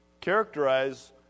characterize